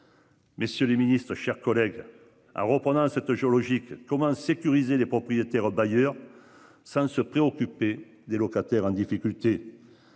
Messieurs les Ministres, chers collègues à reprenant cette géologique. Comment sécuriser les propriétaires bailleurs sans se préoccuper des locataires en difficulté